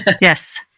Yes